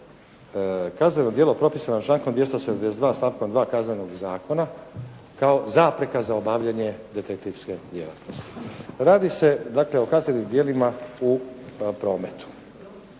kazneno djelo propisano člankom 272. stavkom 2. kaznenog zakona, kao zapreka za obavljanje detektivske djelatnosti . Radi se o kaznenim djelima u prometu,